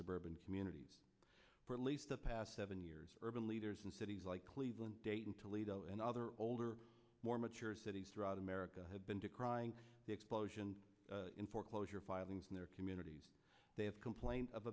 suburban communities for at least the past seven years urban leaders in cities like cleveland dayton toledo and other older more mature cities throughout america have been decrying the explosion in foreclosure filings in their communities they have complained of